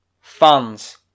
fans